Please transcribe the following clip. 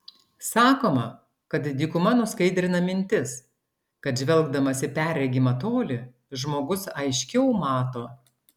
sakoma kad dykuma nuskaidrina mintis kad žvelgdamas į perregimą tolį žmogus aiškiau mato